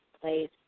place